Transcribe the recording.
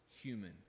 human